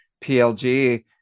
PLG